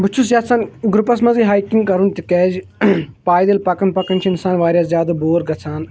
بہٕ چھُس یَژھان گرُپَس منٛزٕے ہایکِنٛگ کَرُن تِکیٛازِ پایدٔلۍ پَکان پَکان چھُ اِنسان واریاہ زیادٕ بور گژھان